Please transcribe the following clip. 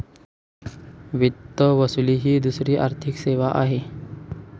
वित्त वसुली ही दुसरी आर्थिक सेवा आहे